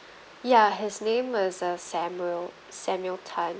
ya his name was uh samuel samuel tan